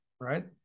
right